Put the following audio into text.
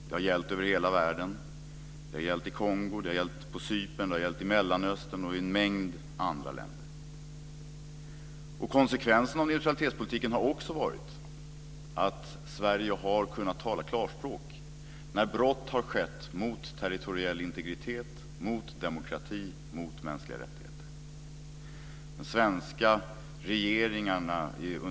Det har gällt över hela världen; det har gällt i Kongo, på Cypern, i Mellanöstern och i en mängd andra länder. Konsekvensen av neutralitetspolitiken har också varit att Sverige har kunnat tala klarspråk när brott har skett mot territoriell integritet, mot demokrati och mot mänskliga rättigheter.